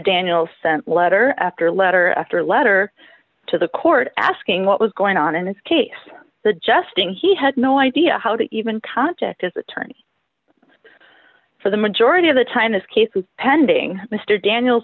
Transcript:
daniels sent letter after letter after letter to the court asking what was going on in this case the jesting he had no idea how to even contact his attorney for the majority of the time his case was pending mr daniels